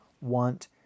want